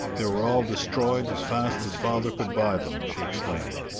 they were all destroyed as fast as father could buy them, she explained.